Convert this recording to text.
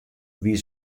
wie